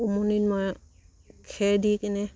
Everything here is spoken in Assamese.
উমনিত মই খেৰ দি কিনে